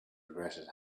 regretted